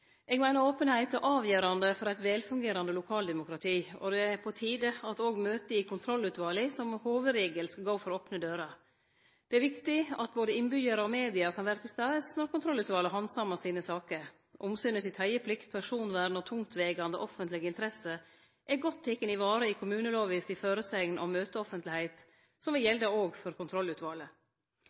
Eg meiner openheit er avgjerande for eit velfungerande lokaldemokrati, og det er på tide at også møte i kontrollutvala som hovudregel skal gå for opne dører. Det er viktig at både innbyggjarar og media kan vere til stades når kontrollutvalet handsamar sine saker. Omsynet til teieplikt, personvern og tungtvegande offentlege interesser er godt varetekne i kommunelova si føresegn om møteoffentlegheit, som vil gjelde òg for kontrollutvalet.